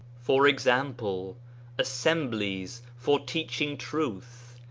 for example assemblies for teaching truth,